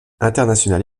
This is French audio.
international